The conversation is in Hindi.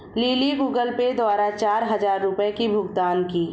लिली गूगल पे द्वारा चार हजार रुपए की भुगतान की